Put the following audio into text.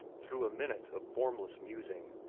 through a minute of formless musing,